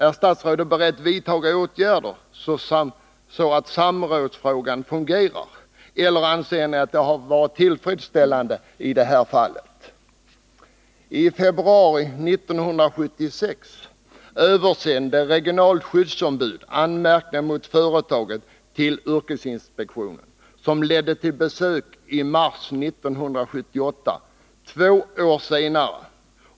Är statsrådet beredd att vidta åtgärder så att samrådet kommer att fungera, eller anser ni att det har varit tillfredsställande i det här fallet? I februari 1976 översände ett regionalt skyddsombud anmärkningar mot företaget till yrkesinspektionen, vilket ledde till ett besök i mars 1978, dvs. två år senare.